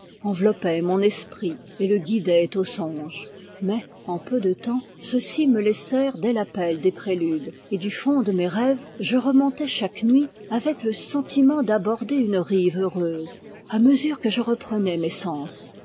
enveloppait mon esprit et le guidait aux songes mais en peu de temps ceux-ci me laissèrent dès l'appel des préludes et du fond de mes rêves je remontai chaque nuit avec le sentiment d'aborder une rive heureuse à mesure que je reprenais mes sens